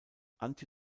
antje